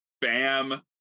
Bam